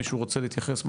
מישהו רוצה להתייחס משהו?